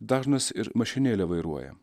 dažnas ir mašinėlę vairuoja